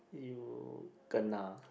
you kena